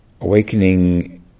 Awakening